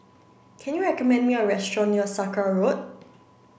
can you recommend me a restaurant near Sakra Road